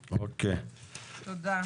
תודה.